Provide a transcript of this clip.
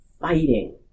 fighting